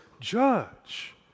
judge